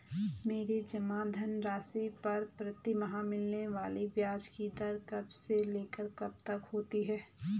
मेरे जमा धन राशि पर प्रतिमाह मिलने वाले ब्याज की दर कब से लेकर कब तक होती है?